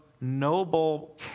noble